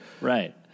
Right